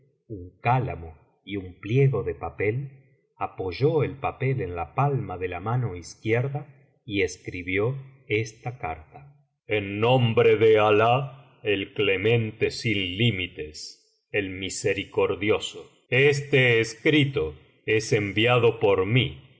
un cálamo y un pliego de papel apoyó el papel en la palma de la mano izquierda y escribió esta carta en nombre de alah el clemente sin límites el mlsericokdioso este escrito es enviado por mí